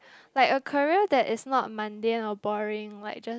like a career that is not mundane or boring like just